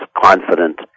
confident